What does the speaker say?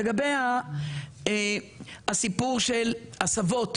לגבי הסיפור של הסבות